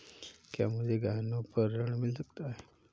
क्या मुझे गहनों पर ऋण मिल सकता है?